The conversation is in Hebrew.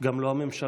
גם לא הממשלה,